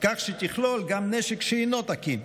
כך שתכלול גם נשק שאינו תקין,